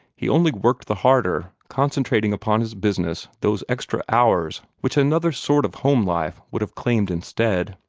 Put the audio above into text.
he only worked the harder, concentrating upon his business those extra hours which another sort of home-life would have claimed instead.